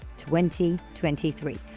2023